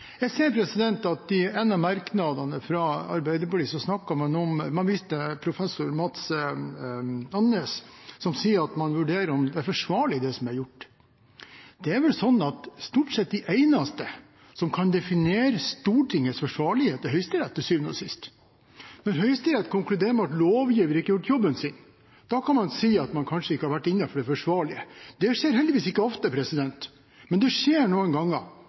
Jeg ser at bl.a. Arbeiderpartiet i en av sine merknader viser til professor Mads Andenæs, som sier at man vurderer om det som er gjort, er forsvarlig. Det er vel sånn at stort sett de eneste som kan definere Stortingets forsvarlighet, til syvende og sist er Høyesterett. Når Høyesterett konkluderer med at lovgiver ikke har gjort jobben sin, kan man si at man kanskje ikke har vært innenfor det forsvarlige. Det skjer heldigvis ikke ofte, men det skjer noen ganger,